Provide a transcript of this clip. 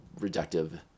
reductive